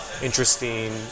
interesting